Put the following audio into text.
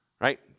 right